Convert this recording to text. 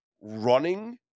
running